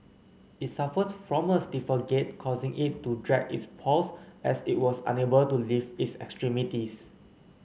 it suffered from a stiffer gait causing it to drag its paws as it was unable to lift its extremities